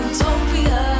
Utopia